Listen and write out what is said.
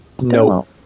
No